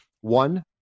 one